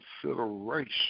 consideration